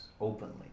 openly